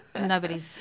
nobody's